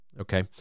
Okay